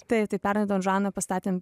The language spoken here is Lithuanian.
spėju tai pernai don žuaną pastatėm